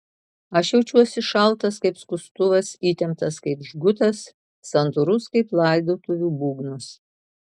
aš jaučiuosi šaltas kaip skustuvas įtemptas kaip žgutas santūrus kaip laidotuvių būgnas